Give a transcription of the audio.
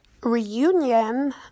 reunion